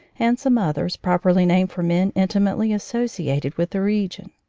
and some others, properly named for men intimately associated with the region.